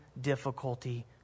difficulty